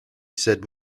said